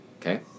okay